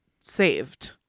Saved